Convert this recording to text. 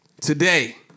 today